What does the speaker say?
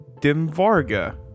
Dimvarga